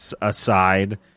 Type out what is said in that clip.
aside